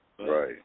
Right